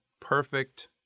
perfect